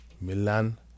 Milan